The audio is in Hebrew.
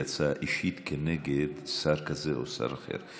היא הצעה אישית כנגד שר כזה או שר אחר.